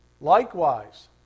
Likewise